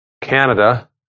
Canada